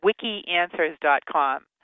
wikianswers.com